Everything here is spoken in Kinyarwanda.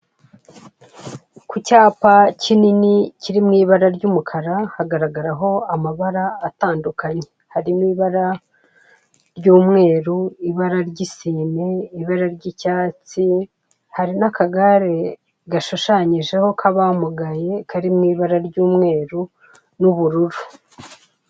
Ku cyapa kinini kiri mu ibara ry'umukara hagaragaraho amabara atandukanye harimo ibara ry'umweru, ibara ry'isine, ibara ry'icyatsi. hari n'akagare gashushanyijeho k'abamugaye kari mu ibara ry'umweru n'ubururu.